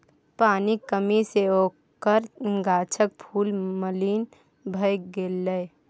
पानिक कमी सँ ओकर गाछक फूल मलिन भए गेलै